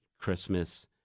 Christmas